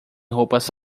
roupas